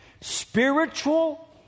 spiritual